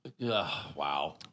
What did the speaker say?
wow